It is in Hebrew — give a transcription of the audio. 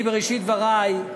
בראשית דברי אני